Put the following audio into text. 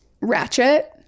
Ratchet